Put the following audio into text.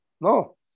No